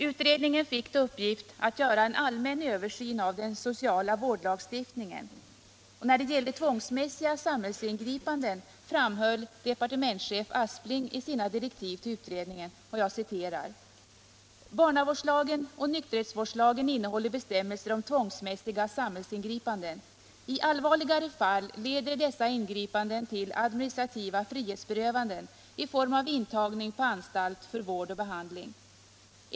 Utredningen fick till uppgift att göra en allmän översyn av den sociala vårdlagstiftningen, När det gällde tvångsmässiga samhällsingripanden framhöll departementschef Aspling i sina direktiv till utredningen: ”Barnavårdslagen och nykterhetsvårdslagen innehåller bestämmelser om tvångsmässiga samhällsingripanden. I allvarligare fall leder dessa ingripanden till administrativa frihetsberövanden i form av intagning på anstalt för vård och behandling.